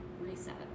reset